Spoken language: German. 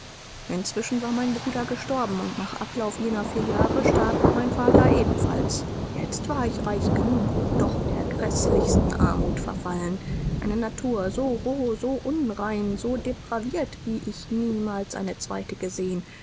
inzwischen war mein bruder gestorben und nach ablauf jener vier jahre starb mein vater ebenfalls jetzt war ich reich genug und doch der gräßlichsten armut verfallen eine natur so roh so unrein so depraviert wie ich niemals eine zweite gesehen